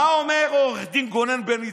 מה אומר עו"ד גונן בן יצחק?